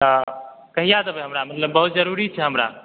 तऽ कहिया देबै हमरा मतलब बहुत ज़रूरी छै हमरा